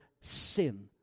sin